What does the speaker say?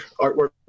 artwork